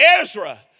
Ezra